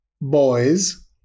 boys